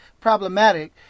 problematic